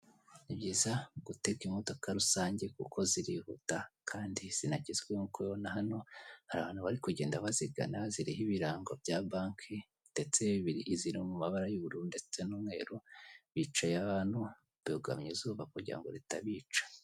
Ni byiza guteka imodoka rusange kuko zirihuta kandi zinagezweho nk'uko ubibona hano hari abantu bari kugenda bazigana ziriho ibirango bya banki ndetse bibiri zira mu mabara y'ubururu ndetse n'umweru bicaye abantu bugamye izuba kugira ngo ritabica.